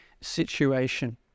situation